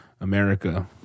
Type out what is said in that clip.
america